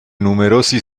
numerosi